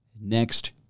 next